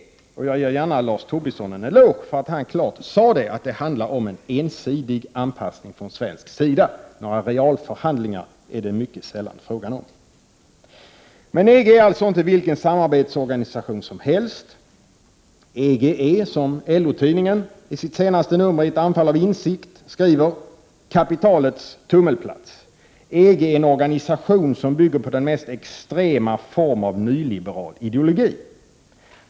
Och jag ger gärna Lars Tobisson en eloge för att han klart sade att det handlar om en ensidig anpassning från svensk sida. Några realförhandlingar är det mycket sällan fråga om. Men EG är alltså inte vilken samarbetsorganisation som helst. EG ärsom LO-tidningen i ett anfall av insikt skriver i sitt senaste nummer — ”kapitalets tummelplats”. EG är en organisation som bygger på den mest extrema form av nyliberal ideologi.